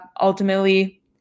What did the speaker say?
ultimately